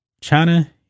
China